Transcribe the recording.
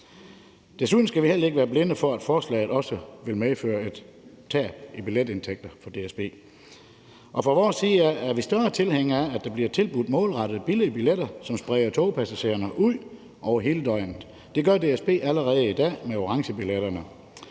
Desuden skal vi heller ikke være blinde for, at forslaget også vil medføre et tab i billetindtægter for DSB. Fra vores side er vi større tilhængere af, at der bliver tilbudt målrettede billige billetter, som spreder togpassagererne ud over hele døgnet. Det gør DSB allerede i dag med orangebilletterne,